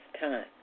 time